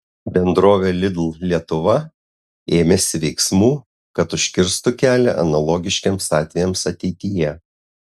bendrovė lidl lietuva ėmėsi veiksmų kad užkirstų kelią analogiškiems atvejams ateityje